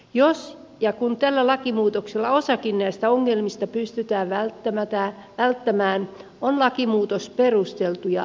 jos ja kun tällä lakimuutoksella osakin näistä ongelmista pystytään välttämään on lakimuutos perusteltu ja tarpeellinen